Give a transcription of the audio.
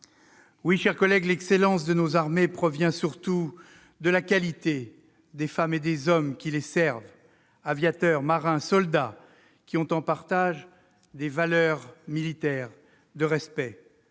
Oui, mes chers collègues, l'excellence de nos armées provient surtout de la qualité des femmes et des hommes qui les servent : aviateurs, marins, soldats, qui ont en partage les valeurs militaires de respect,